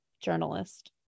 journalist